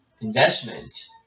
investment